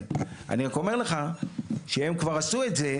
אני רק אומר לך שהם כבר עשו את זה,